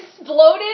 exploded